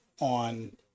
on